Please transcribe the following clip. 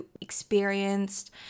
experienced